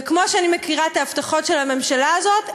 וכמו שאני מכירה את ההבטחות של הממשלה הזאת,